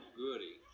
goody